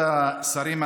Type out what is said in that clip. כבוד השרים,